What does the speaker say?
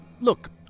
Look